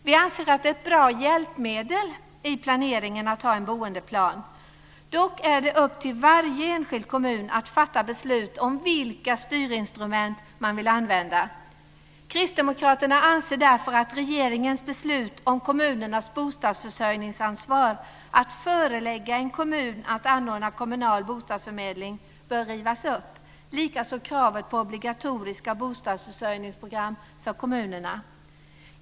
Vi anser att en boendeplan är ett bra hjälpmedel i planeringen. Dock är det upp till varje enskild kommun att fatta beslut om vilka styrinstrument man vill använda. Kristdemokraterna anser därför att regeringens beslut om kommunernas bostadsförsörjningsansvar - om att kommuner ska föreläggas att anordna kommunal bostadsförmedling - bör rivas upp, liksom kravet på obligatoriska bostadsförsörjningsprogram för kommunerna.